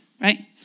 right